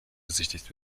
besichtigt